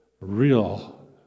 real